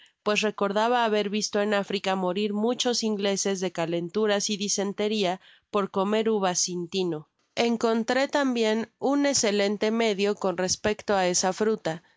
pues recordaba haber visto en africa morir muchos ingleses de calenturas y disenteria por comer uvas sin tino encontre tambien un escelentc medio con respecto á esa fruta